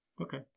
Okay